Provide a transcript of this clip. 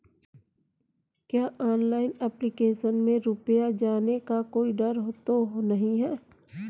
क्या online application में रुपया जाने का कोई डर तो नही है?